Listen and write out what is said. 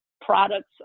products